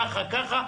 ככה,